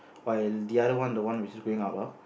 while the other one the one who is going up ah